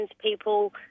people